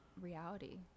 reality